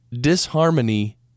disharmony